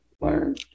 learn